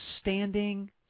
standing